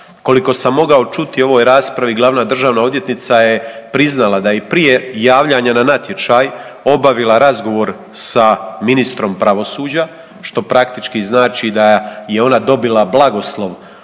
Koliko sam mogao čuti u ovoj raspravi glavna državna odvjetnica je priznala da i prije javljanja na natječaj obavila razgovor sa ministrom pravosuđa, što praktički znači da je ona dobila blagoslov